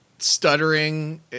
stuttering